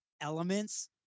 elements